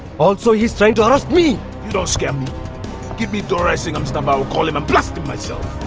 also he is trying to arrest me you don't scare me give me duraisingam's number i'll call him and blast him myself